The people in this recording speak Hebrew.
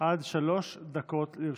גברתי, עד שלוש דקות לרשותך.